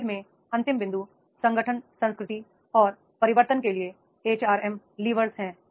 इस slide में अं तिम बिंदु संगठन संस्कृति और परिवर्तन के लिए एचआरएम लीवर है